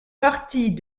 partie